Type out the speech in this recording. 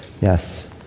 yes